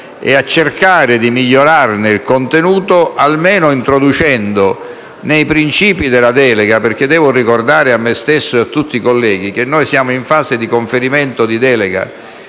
cercando di migliorarne il contenuto, almeno intervenendo sui principi della delega. In tal senso, devo ricordare a me stesso e a tutti i colleghi che siamo in fase di conferimento di delega,